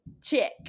check